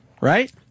Right